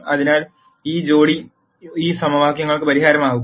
അതിനാൽ ഈ ജോഡി ഈ സമവാക്യങ്ങൾക്ക് പരിഹാരമാകും